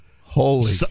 holy